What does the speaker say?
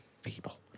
feeble